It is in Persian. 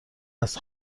است